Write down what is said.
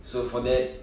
so for that